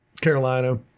Carolina